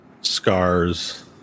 scars